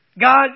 God